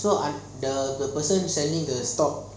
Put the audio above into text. so I'm the the person sending the stock